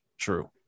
true